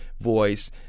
voice